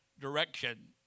direction